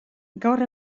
gaur